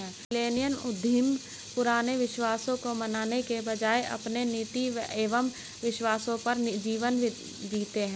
millennial उद्यमी पुराने विश्वासों को मानने के बजाय अपने नीति एंव विश्वासों पर जीवन जीते हैं